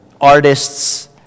artists